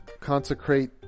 consecrate